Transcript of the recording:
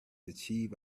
achieve